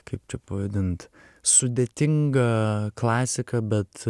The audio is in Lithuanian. kaip čia pavadint sudėtinga klasika bet